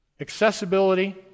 Accessibility